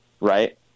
right